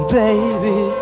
baby